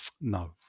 No